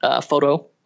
photo